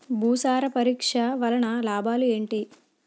భూసార పరీక్ష వలన లాభాలు ఏంటి?